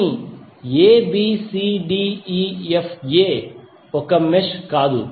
కానీ abcdefa ఒక mesh కాదు